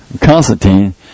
Constantine